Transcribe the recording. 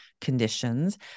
Conditions